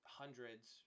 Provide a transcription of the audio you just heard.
hundreds